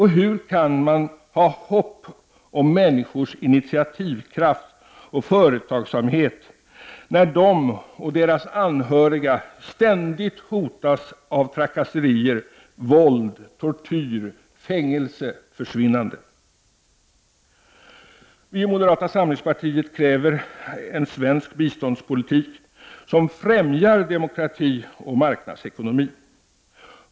Hur kan man ha hopp om människors initiativkraft och företagsamhet när de och deras anhöriga ständigt hotas av trakasserier, våld, tortyr, fängelse och försvinnanden? Vi i moderata samlingspartiet kräver en svensk biståndspolitik som främjar demokrati och marknadsekonomi.